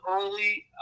early